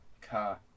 car